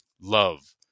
Love